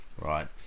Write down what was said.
right